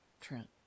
Trent